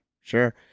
Sure